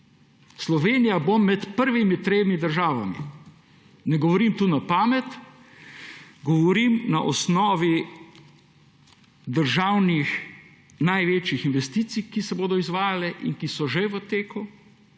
Slovenija bo med prvimi tremi državami. Ne govorim tega na pamet, govorim na osnovi največjih državnih investicij, ki se bodo izvajale in ki so že v teku.